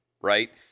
right